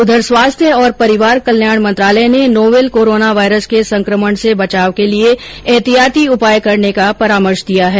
उधर स्वास्थ्य और परिवार कल्याण मंत्रालय ने नोवल कोरोना वायरस के संकमण से बचाव के लिए एहतियाती उपाय करने का परामर्श दिया है